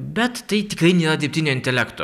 bet tai tikrai nėra dirbtinio intelekto